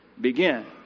begin